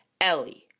Ellie